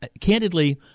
candidly